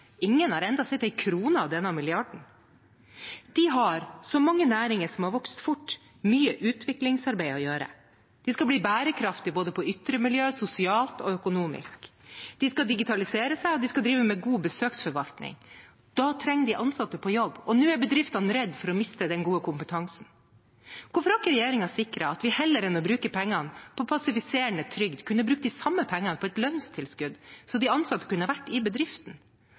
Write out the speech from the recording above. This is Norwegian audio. ingen har ennå sett en krone av denne milliarden. De har, som mange næringer som har vokst fort, mye utviklingsarbeid å gjøre. De skal bli bærekraftige både på ytre miljø og også sosialt og økonomisk. De skal digitalisere seg, og de skal drive med god besøksforvaltning. Da trenger de ansatte på jobb, og nå er bedriftene redd for å miste den gode kompetansen. Hvorfor har ikke regjeringen sikret at vi heller enn å bruke pengene på passiviserende trygd kunne brukt de samme pengene på et lønnstilskudd, så de ansatte kunne vært i bedriften?